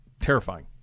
terrifying